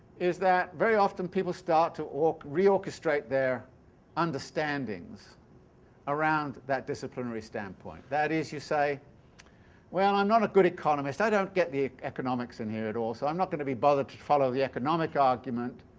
is that very often people start to re-orchestrate their understandings around that disciplinary standpoint. that is, you say well, i'm not a good economist, i don't get the economics in here at all, so i'm not going to be bothered to follow the economic argument,